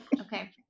Okay